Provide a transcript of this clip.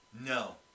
no